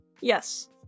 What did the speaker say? Yes